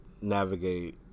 navigate